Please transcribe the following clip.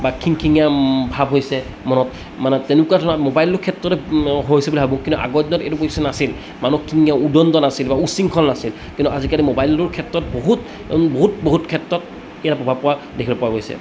বা খিংখিঙীয়া ভাৱ হৈছে মনত মানে তেনেকুৱা ধৰণৰ মোবাইলটোৰ ক্ষেত্ৰতে হৈছিল বুলি ভাবোঁ কিন্তু আগৰ দিনত এইটো পৰিস্থিতি নাছিল মানুহখিনি উদণ্ড নাছিল বা উশৃংখল নাছিল কিন্তু আজিকালি মোবাইলটোৰ ক্ষেত্ৰত বহুত বহুত বহুত ক্ষেত্ৰত ইয়াতে প্ৰভাৱ পৰা দেখিবলৈ পোৱা গৈছে